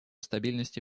стабильности